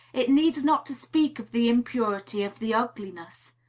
it needs not to speak of the impurity, of the ugliness.